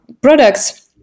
products